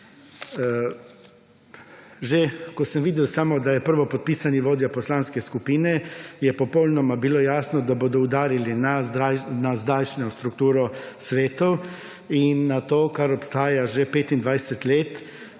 Že, ko sem videl samo, da je prvopodpisani vodja poslanske skupine, je popolnoma bilo jasno, da bodo udarili na zdajšnjo strukturo svetov in na to kar obstaja že 25 let,